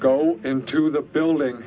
go into the building